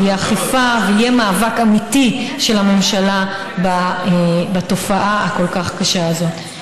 תהיה אכיפה ויהיה מאבק אמיתי של הממשלה בתופעה הכל-כך קשה הזאת.